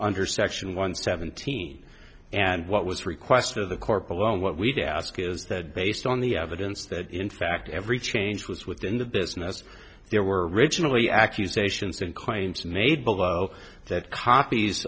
under section one seventeen and what was requested of the corporate loan what we did ask is that based on the evidence that in fact every change was within the business there were originally accusations and claims made below that copies